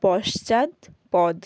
পশ্চাৎপদ